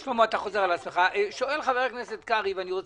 2019. הבחירה בין 2018 ל-2019 תיעשה עד ינואר 2021. אני הבנתי